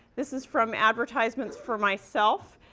this is from advertisements for myself.